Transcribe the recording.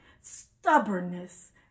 stubbornness